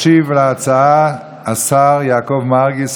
ישיב להצעה השר יעקב מרגי,